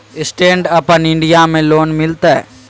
Stand up India में loan मिलते?